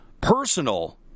personal